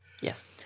Yes